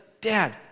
Dad